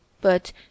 But